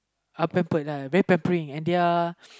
uh pampered uh very pampering and they are